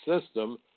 system